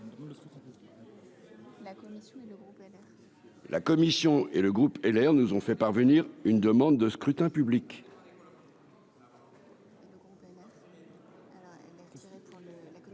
La commission et le groupe LR nous ont fait parvenir une demande de scrutin public.